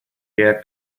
der